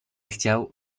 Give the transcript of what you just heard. chciał